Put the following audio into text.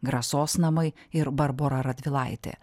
grasos namai ir barbora radvilaitė